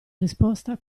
risposta